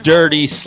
Dirty